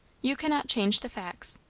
you cannot change the facts.